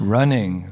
Running